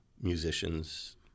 musicians